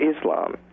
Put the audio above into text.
islam